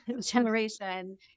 generation